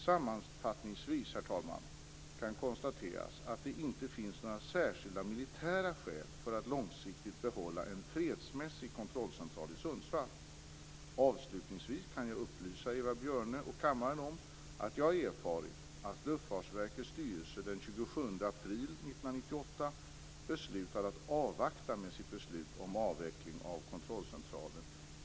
Sammanfattningsvis, herr talman, kan konstateras att det inte finns några särskilda militära skäl för att långsiktigt behålla en fredsmässig kontrollcentral i Avslutningsvis kan jag upplysa Eva Björne och kammaren om att jag har erfarit att Luftfartsverkets styrelse den 27 april 1998 beslutade att avvakta med sitt beslut om avveckling av kontrollcentralen i